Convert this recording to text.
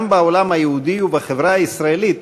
גם בעולם היהודי ובחברה הישראלית